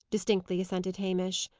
distinctly assented hamish.